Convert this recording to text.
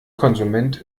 konsument